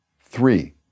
Three